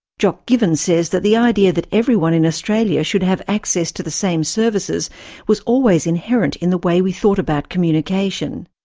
jock given says that the idea that everyone in australia should have access to the same services was always inherent in the way we thought about communication.